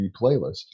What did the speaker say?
playlist